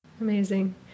Amazing